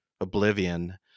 oblivion